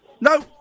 No